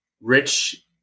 rich